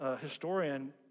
historian